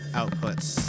outputs